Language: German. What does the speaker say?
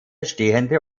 stehende